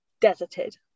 Deserted